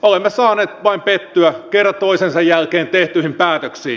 olemme saaneet vain pettyä kerta toisensa jälkeen tehtyihin päätöksiin